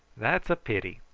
that's a pity.